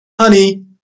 honey